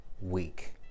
week